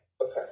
Okay